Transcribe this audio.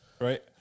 right